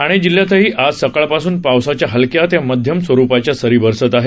ठाणे जिल्ह्यातही आज सकाळपासून पावसाच्या हलक्या ते मध्यम स्वरुपाच्या सरी बरसत आहेत